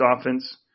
offense